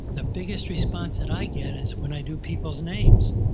the biggest response that i get is when i do people's names.